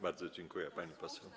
Bardzo dziękuję, pani poseł.